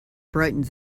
brightened